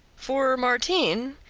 for martin,